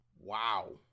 Wow